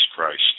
Christ